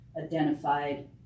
identified